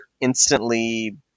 instantly